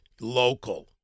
local